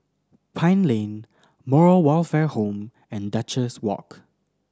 Pine Lane Moral Welfare Home and Duchess Walk